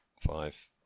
Five